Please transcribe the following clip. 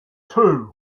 two